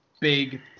big